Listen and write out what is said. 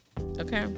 okay